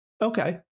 Okay